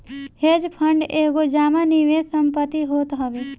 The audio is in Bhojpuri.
हेज फंड एगो जमा निवेश संपत्ति होत हवे